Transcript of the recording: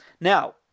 Now